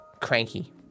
cranky